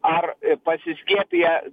ar pasiskiepiję